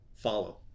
follow